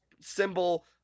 symbol